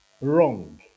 wrong